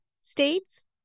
states